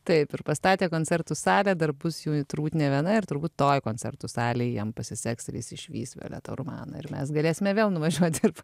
taip ir pastatė koncertų salę darbus jų turbūt nė viena ir turbūt toj koncertų salėje jam pasiseks ir jis išvys violetą urmaną ir mes galėsime vėl nuvažiuoti kaip